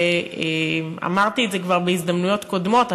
ואמרתי את זה כבר בהזדמנויות קודמות,